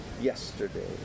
yesterday